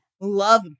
love